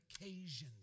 occasions